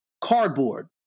cardboard